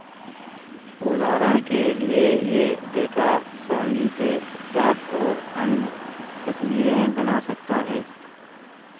उदाहरण के लिए यह डेटा सारणी से चार्ट और अन्य तस्वीरें बना सकता है